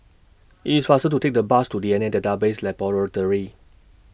IT IS faster to Take The Bus to D N A Database Laboratory